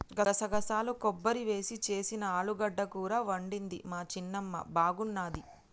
గసగసాలు కొబ్బరి వేసి చేసిన ఆలుగడ్డ కూర వండింది మా చిన్నమ్మ బాగున్నది